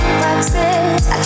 boxes